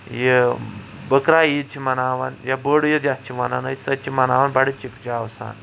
یہِ بکرا عید چِھ مناوان یا بٔڈ عیٖد یتھ چھِ ونان أسۍ سۅ تہِ چھِ مناوان بڈٕ چِکہٕ چٲوٕ سان